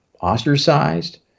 ostracized